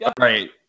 right